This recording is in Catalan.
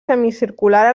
semicircular